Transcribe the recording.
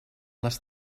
les